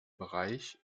bereich